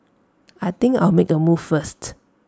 I think I'll make A move first